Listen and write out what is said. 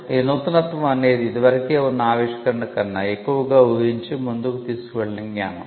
ఈ నూతనత్వం అనేది ఇదివరకే ఉన్న ఆవిష్కరణ కన్నా ఎక్కువగా ఊహించి ముందుకు తీసుకువెళ్ళిన జ్ఞానం